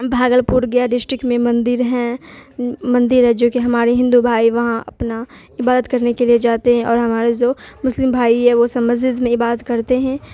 بھاگل پور گیا ڈسٹرکٹ میں مندر ہیں مندر ہیں جو کہ ہمارے ہندو بھائی وہاں اپنا عبادت کرنے کے لیے جاتے ہیں اور ہمارے جو مسلم بھائی ہے وہ سب مسجد میں عبادت کرتے ہیں